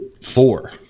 Four